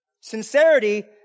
sincerity